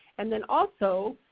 and then also